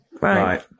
right